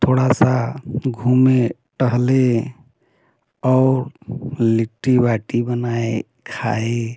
थोड़ा सा घूमे टहले और लिट्टी बाटी बनाए खाए